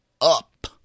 up